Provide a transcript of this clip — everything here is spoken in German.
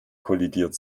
kollidiert